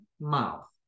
mouth